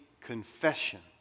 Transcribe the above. confession